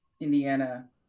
Indiana